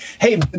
hey